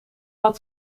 had